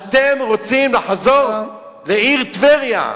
אתם רוצים לחזור לעיר טבריה,